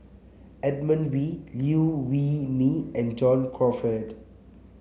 Edmund Wee Liew Wee Mee and John Crawfurd